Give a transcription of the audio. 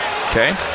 Okay